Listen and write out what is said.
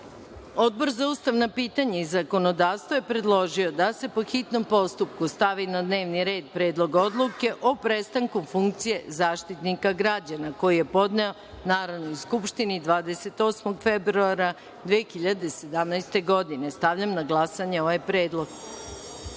za ustavna pitanja i zakonodavstvo je predložio da se po hitnom postupku stavi na dnevni red Predlog odluke o prestanku funkcije Zaštitnika građana, koji je podneo Narodnoj skupštini 28. februara 2017. godine. Stavljam na glasanje ovaj predlog. Molim